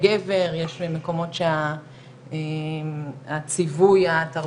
אני חושבת שיש חשיבות מאוד מאוד גדולה